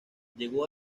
llegó